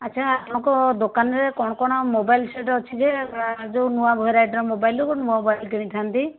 ଆଚ୍ଛା ଆପଣଙ୍କ ଦୋକାନରେ କ'ଣ କ'ଣ ମୋବାଇଲ୍ ସେଟ୍ ଅଛି ଯେ ଯୋଉ ନୂଆ ଭେରାଇଟିର ମୋବାଇଲ୍ ଗୋଟେ ନୂଆ ମୋବାଇଲ୍ କିଣି ଥାଆନ୍ତି